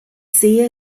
sehe